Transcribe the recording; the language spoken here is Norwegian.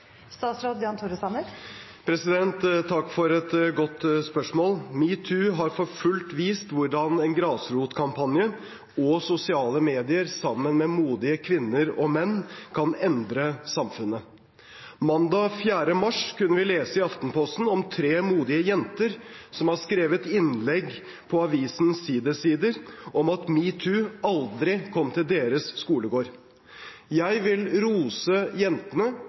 Takk for et godt spørsmål. Metoo har for fullt vist hvordan en grasrotkampanje og sosiale medier, sammen med modige kvinner og menn, kan endre samfunnet. Mandag 4. mars kunne vi lese i Aftenposten om tre modige jenter som har skrevet innlegg på avisens Si; D-sider om at metoo aldri kom til deres skolegård. Jeg vil rose jentene